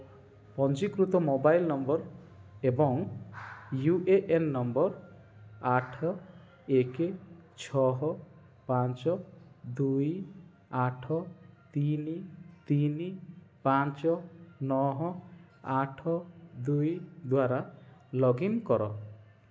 ପଞ୍ଜୀକୃତ mobile number ଏବଂ U A N number ଆଠ ଏକ ଛଅ ପାଞ୍ଚ ଦୁଇ ଆଠ ତିନି ତିନି ପାଞ୍ଚ ନଅ ଆଠ ଦୁଇ ଦ୍ଵାରା ଲଗ୍ଇନ୍ କର